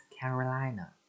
Carolina